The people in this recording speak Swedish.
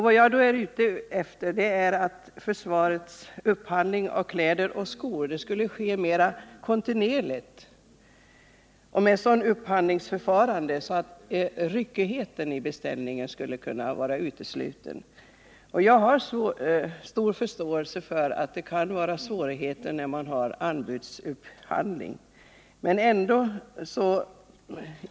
Vad jag menar är att försvarets upphandling av kläder och skor borde ske mera kontinuerligt och på ett sådant sätt att ryckigheten i beställningarna försvinner. Jag har stor förståelse för att det kan vara svårt när man har anbudsupphandling.